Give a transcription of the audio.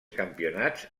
campionats